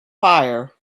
fire